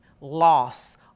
loss